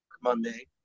Monday